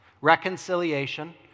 reconciliation